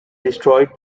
destroyed